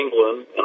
England